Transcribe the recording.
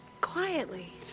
quietly